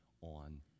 on